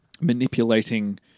manipulating